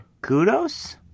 Kudos